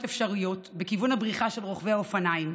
אפשריות בכיוון הבריחה של רוכבי אופניים,